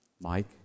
Mike